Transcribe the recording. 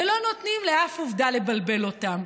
ולא נותנים לאף עובדה לבלבל אותם.